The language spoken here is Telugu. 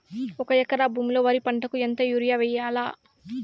ఒక ఎకరా భూమిలో వరి పంటకు ఎంత యూరియ వేయల్లా?